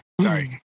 sorry